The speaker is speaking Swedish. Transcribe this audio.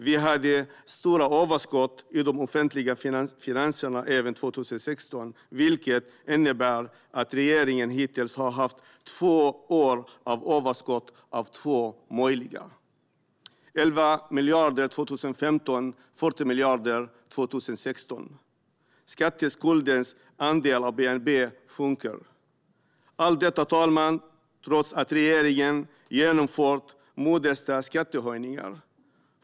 Vi hade stora överskott i de offentliga finanserna även 2016, vilket innebär att regeringen hittills har haft två år av överskott av två möjliga. Det handlar om 11 miljarder 2015 och 40 miljarder 2016. Statsskuldens andel av bnp sjunker. Allt detta ser vi, fru talman, trots att regeringen har genomfört modesta skattehöjningar.